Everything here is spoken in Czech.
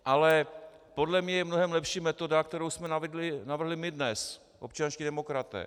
Ale podle mě je mnohem lepší metoda, kterou jsme navrhli my dnes občanští demokraté.